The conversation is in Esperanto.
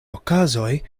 okazoj